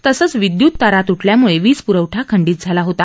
तसंच विद्यूत तारा तु क्यामुळे वीज पुरवठा खंडीत झाला होता